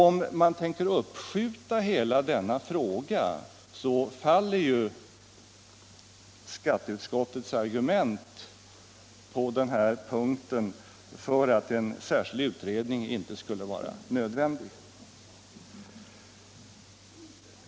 Om man tänker uppskjuta hela denna fråga, faller ju skatteutskottets på denna punkt framförda argument för att en särskild utredning inte skulle vara nödvändig.